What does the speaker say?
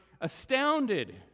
astounded